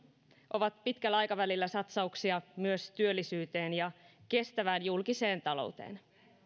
ovat pitkällä aikavälillä satsauksia myös työllisyyteen ja kestävään julkiseen talouteen